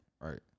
Right